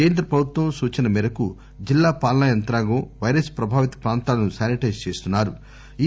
కేంద్ర ప్రభుత్వం సూచన మేరకు జిల్లా పాలనా యంత్రాంగం పైరస్ ప్రభావిత ప్రాంతాలను శానిటైజ్ చేస్తున్నా రు